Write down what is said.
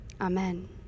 Amen